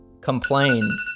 complain